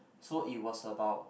so it was about